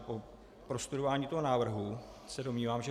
Po prostudování toho návrhu se domnívám, že